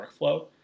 workflow